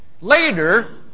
Later